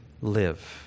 live